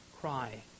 cry